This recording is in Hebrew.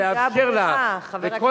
לאפשר לה.